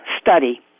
study